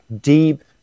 deep